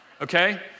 okay